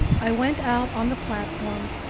i went out on the platform,